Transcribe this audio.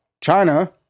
China